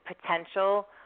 potential